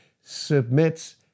submits